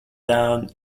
down